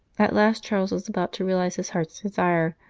at last charles was about to realize his heart s desire,